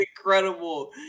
incredible